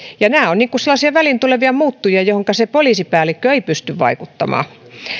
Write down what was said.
nämä ovat sellaisia väliin tulevia muuttujia joihinka se poliisipäällikkö ei ei pysty vaikuttamaan